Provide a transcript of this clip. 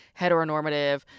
heteronormative